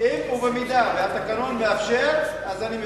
אם ובמידה שהתקנון מאפשר, אני מבקש,